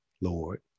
Lord